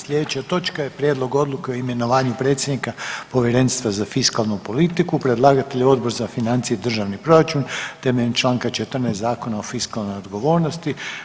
Sljedeća točka je: - Prijedlog Odluke o imenovanju predsjednika Povjerenstva za fiskalnu politiku; Predlagatelj je Odbor za financije i državni proračun temeljem čl. 14 Zakona o fiskalnoj odgovornosti.